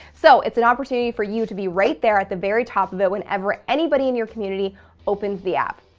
so it's an opportunity for you to be right there at the very top of it whenever anybody in your community opens the app.